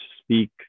speak